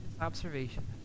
observation